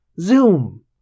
Zoom